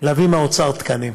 להביא מהאוצר תקנים.